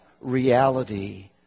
reality